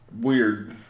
weird